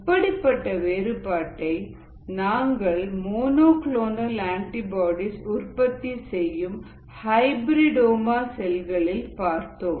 இப்படிப்பட்ட வேறுபாட்டை நாங்கள் மோனோ கிளோனல் ஆன்டிபாடிஸ் உற்பத்தி செய்யும் ஹைபிரிட்டோமா செல்களில் பார்த்தோம்